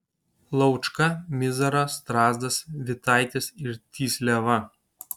laučka mizara strazdas vitaitis ir tysliava